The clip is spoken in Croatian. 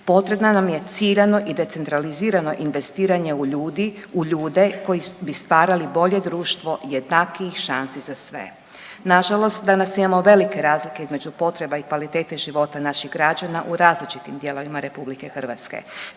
Potrebno nam je ciljano i decentralizirano investiranje u ljudi, u ljude koji bi stvarali bolje društvo jednakijih šansi za sve. Nažalost danas imamo velike razlike između potreba i kvalitete života naših građana u različitim dijelovima RH. Smatramo